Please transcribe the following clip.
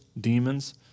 demons